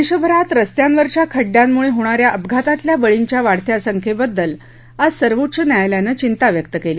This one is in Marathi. देशभरात रस्त्यावरच्या खडड्यामुळे होणा या अपघातातल्या बळींच्या वाढत्या संख्येबद्दल आज सर्वोच्च न्यायालयान चिता व्यक्त केली